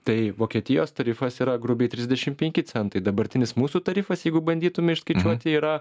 tai vokietijos tarifas yra grubiai trisdešim penki centai dabartinis mūsų tarifas jeigu bandytum iš išskaičiuoti yra